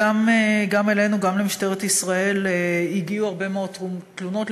גם אלינו גם למשטרת ישראל הגיעו הרבה מאוד תלונות,